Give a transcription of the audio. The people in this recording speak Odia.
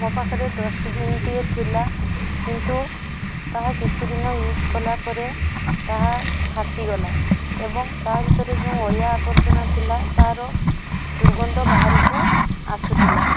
ମୋ ପାଖରେ ଡଷ୍ଟବିନ୍ଟିଏ ଥିଲା କିନ୍ତୁ ତାହା କିଛିଦିନ ଇୟୁଜ୍ କଲା ପରେ ତାହା ଫାଟିଗଲା ଏବଂ ତା ଭିତରୁ ଯେଉଁ ଅଳିଆ ଆବର୍ଜନା ଥିଲା ତାହାର ଦୁର୍ଗନ୍ଧ ବାହାରକୁ ଆସୁଥିଲା